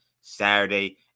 Saturday